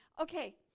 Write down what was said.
Okay